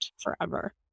forever